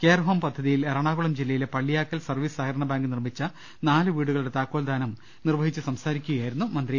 care home പദ്ധതിയിൽ എറണാകുളം ജില്ലയിലെ Palliyakkal service സഹകരണ ബാങ്ക് നിർമ്മിച്ച നാല് വീടുക ളുടെ താക്കോൽദാനം നിർവ്വഹിച്ച് സംസാരിക്കുകയായിരുന്നു മന്ത്രി